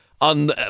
on